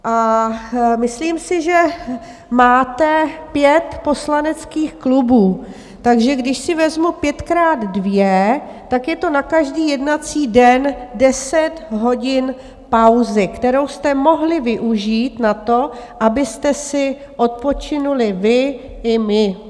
A myslím si, že máte pět poslaneckých klubů, takže když si vezmu pětkrát dvě, tak je to na každý jednací den deset hodin pauzy, kterou jste mohli využít na to, abyste si odpočinuli vy i my.